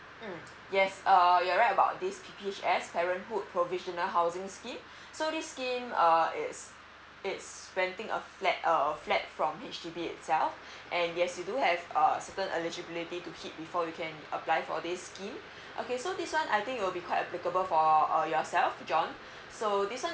mm yes uh you're right about this P_P_H_S parenthood provisional housing scheme so this scheme uh it's it's renting a flat a flat from H_D_B itself and yes we do have err certain eligibility to hit before you can apply for this scheme okay so this one I think will be quite applicable for uh yourself john so this one